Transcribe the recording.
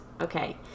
Okay